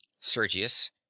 Sergius